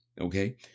okay